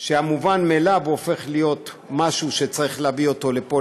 שהמובן מאליו הופך להיות משהו שצריך להביא אותו לפה,